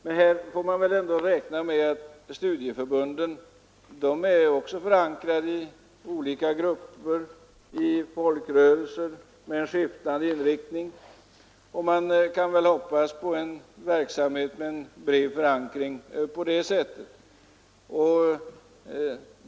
Man får ändå räkna med att studieförbunden också är förankrade i olika grupper, i folkrörelser med skiftande inriktning, och man kan väl hoppas på en verksamhet med en bred förankring på det sättet.